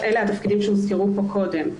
אלה התפקידים שהוזכרו כאן קודם.